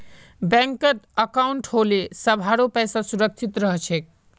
बैंकत अंकाउट होले सभारो पैसा सुरक्षित रह छेक